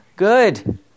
Good